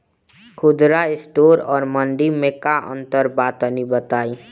खुदरा स्टोर और मंडी में का अंतर बा तनी बताई?